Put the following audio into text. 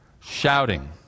shouting